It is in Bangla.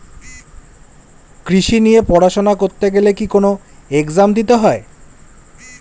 কৃষি নিয়ে পড়াশোনা করতে গেলে কি কোন এগজাম দিতে হয়?